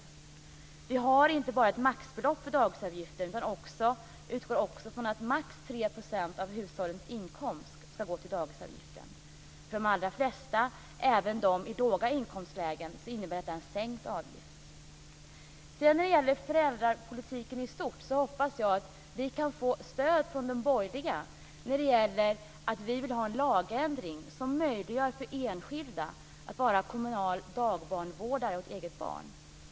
Maxtaxan innebär inte bara ett maxbelopp för dagisavgiften utan utgår också från att maximalt 3 % av hushållens inkomst ska gå till dagisavgiften. För de allra flesta, även för dem i låga inkomstlägen, innebär detta en sänkt avgift. När det sedan gäller föräldrapolitiken i stort hoppas jag att vi kan få stöd från de borgerliga för vårt önskemål om en lagändring som möjliggör för en enskild förälder att vara kommunal dagbarnvårdare åt eget barn.